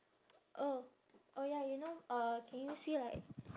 oh oh ya you know uh can you see like